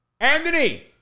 Anthony